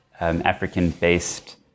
African-based